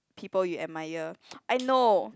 people you admire I know